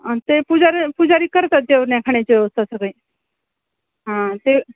आणि ते पूजारी पूजारी करतात जेवण्याखाण्याची व्यवस्था सगळी हा ते